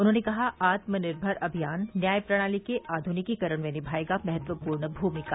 उन्होंने कहा आत्मनिर्भर अभियान न्यायप्रणाली के आधुनिकीकरण में निभाएगा महत्वपूर्ण भूमिका